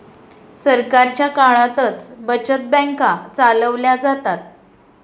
सरकारच्या काळातच बचत बँका चालवल्या जातात